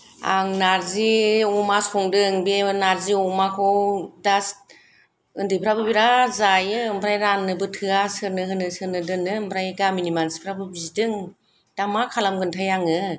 आं नार्जि अमा संदों बे नार्जि अमाखौ दा उन्दैफ्राबो बिराद जायो ओमफ्राय राननोबो थोआ सोरनो होनो सोरनो दोननो ओमफ्राय गामिनि मानसिफ्राबो बिदों दा मा खालामगोनथाय आङो